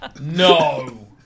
No